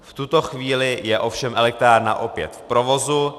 V tuto chvíli je ovšem elektrárna opět v provozu.